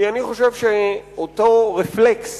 כי אני חושב שאותו רפלקס